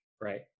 right